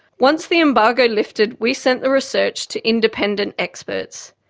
once the embargo lifted, we sent the research to independent experts.